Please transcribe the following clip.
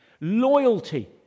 loyalty